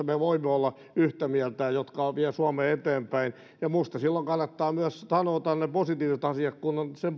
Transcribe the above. me voimme olla yhtä mieltä ja jotka vievät suomea eteenpäin ja minusta silloin kannattaa myös sanoa ne positiiviset asiat kun on sen